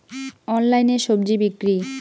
অনলাইনে স্বজি বিক্রি?